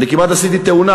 אני כמעט עשיתי תאונה,